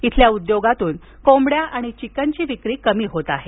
इथल्या उद्योगातून कोंबड्या आणि चिकनची विक्री कमी होत आहे